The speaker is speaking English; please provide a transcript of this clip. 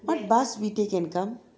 what bus we take and come